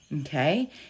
Okay